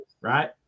right